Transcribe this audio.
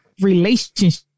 relationship